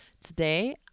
Today